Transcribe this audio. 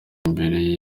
imbere